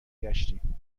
گشتیم